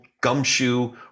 gumshoe